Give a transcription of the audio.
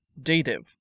Dative